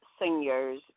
seniors